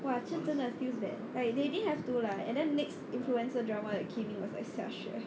!wah! 是真的 feels bad like they didn't have to lah and then next influencer drama that came in was xiaxue